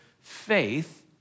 faith